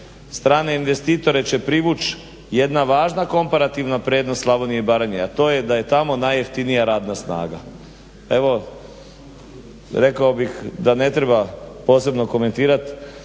strane investitore će privući jedna važna komparativna prednost Slavonije i Baranje, a to je da je tamo najjeftinija radna snaga. Evo, rekao bih da ne treba posebno komentirati